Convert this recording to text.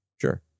Sure